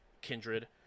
kindred